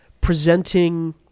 presenting